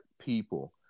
people